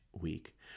week